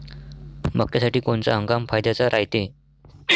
मक्क्यासाठी कोनचा हंगाम फायद्याचा रायते?